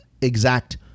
exact